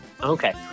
Okay